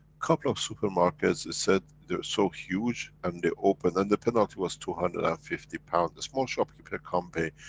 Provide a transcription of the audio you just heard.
couple of supermarkets it said they were so huge and they opened, and the penalty was two hundred and fifty pounds. a small shopkeeper can't pay.